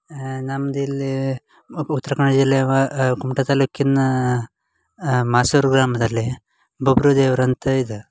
ನಮ್ದು ಇಲ್ಲಿ ಉತ್ರ ಕನ್ನಡ ಜಿಲ್ಲೆ ವಾ ಕುಮುಟಾ ತಾಲೂಕಿನ ಮಾಸೂರು ಗ್ರಾಮದಲ್ಲಿ ಬಬ್ರು ದೇವ್ರು ಅಂತ ಇದೆ